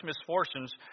misfortunes